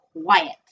quiet